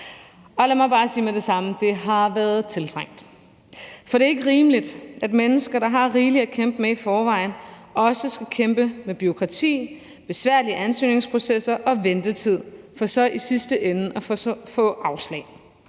Lad mig bare sige med det samme, at det har været tiltrængt. For det er ikke rimeligt, at mennesker, der har rigeligt at kæmpe med i forvejen, også skal kæmpe med bureaukrati, besværlige ansøgningsprocesser og ventetid for så i sidste ende at få afslag,